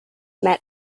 met